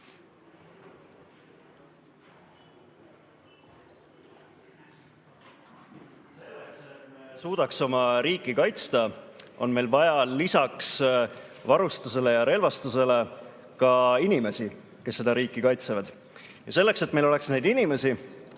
Selleks, et me suudaksime oma riiki kaitsta, on meil vaja lisaks varustusele ja relvastusele ka inimesi, kes seda riiki kaitsevad. Ja selleks, et meil oleks neid inimesi,